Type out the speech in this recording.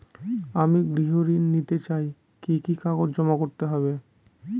আমি গৃহ ঋণ নিতে চাই কি কি কাগজ জমা করতে হবে?